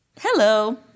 Hello